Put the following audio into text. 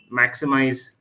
maximize